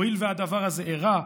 הואיל והדבר הזה אירע,